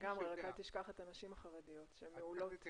לגמרי, רק אל תשכח את הנשים החרדיות, שהן מעולות.